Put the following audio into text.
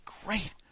great